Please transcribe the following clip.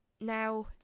now